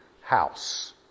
house